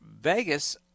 Vegas –